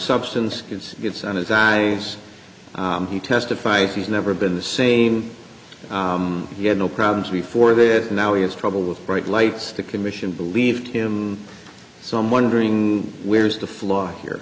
substance it's gets in his eyes he testifies he's never been the same he had no problems before that and now he has trouble with bright lights the commission believed him so i'm wondering where's the flaw